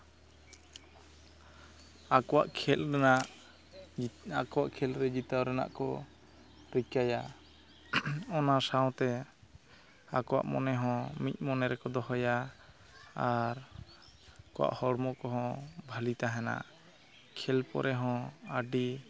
ᱟᱠᱚᱣᱟᱜ ᱠᱷᱮᱞ ᱨᱮᱱᱟᱜ ᱟᱠᱚᱣᱟᱜ ᱠᱷᱮᱞ ᱨᱮ ᱡᱤᱛᱟᱹᱣ ᱨᱮᱱᱟᱜ ᱠᱚ ᱨᱤᱠᱟᱹᱭᱟ ᱚᱱᱟ ᱥᱟᱶᱛᱮ ᱟᱠᱚᱣᱟᱜ ᱢᱚᱱᱮ ᱦᱚᱸ ᱢᱤᱫ ᱢᱚᱱᱮ ᱨᱮᱠᱚ ᱫᱚᱦᱚᱭᱟ ᱟᱨ ᱟᱠᱚᱣᱟᱜ ᱦᱚᱲᱢᱚ ᱠᱚᱦᱚᱸ ᱵᱷᱟᱹᱞᱤ ᱛᱟᱦᱮᱱᱟ ᱠᱷᱮᱞ ᱯᱚᱨᱮ ᱦᱚᱸ ᱟᱹᱰᱤ